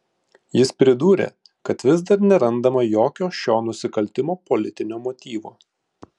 jis pridūrė kad vis dar nerandama jokio šio nusikaltimo politinio motyvo